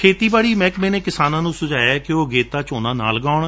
ਖੇਤੀਬਾੜੀ ਮਹਿਕਮੇ ਨੇ ਕਿਸਾਨਾਂ ਨੂੰ ਸੁਝਾਇਐ ਕਿ ਉਹ ਅਗੇਤਾ ਝੋਨਾ ਨਾ ਲਗਾਉਣ